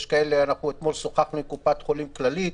אתמול שוחחנו עם קופת חולים כללית,